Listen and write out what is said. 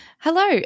Hello